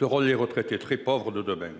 les retraités très pauvres de demain.